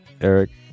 Eric